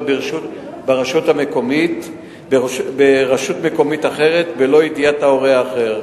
ברשות מקומית אחרת בלא ידיעת ההורה האחר,